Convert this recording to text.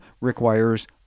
requires